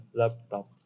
laptop